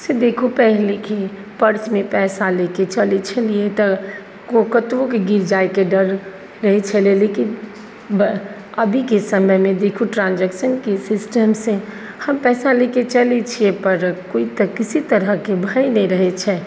जइसे देखू पहले कि पर्समे पइसा लऽ कऽ चलै छलिए तऽ ओ कतहु गिर जाइके डर रहै छलै लेकिन अभीके समयमे देखू ट्रान्जेक्शनके सिस्टमसँ हम पइसा लऽ कऽ चलै छिए पर कोइ किसी तरहके भय नहि रहै छै